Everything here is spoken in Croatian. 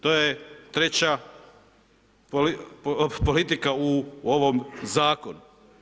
To je treća politika u ovom Zakonu.